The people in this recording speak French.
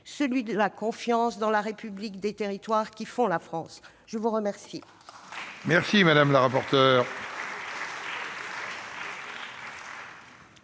celui de la confiance dans la République des territoires qui font la France ! La parole